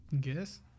guess